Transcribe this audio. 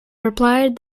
replied